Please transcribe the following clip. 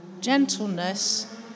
gentleness